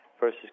versus